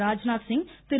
Rajnath Singh Thiru